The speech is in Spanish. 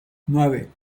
nueve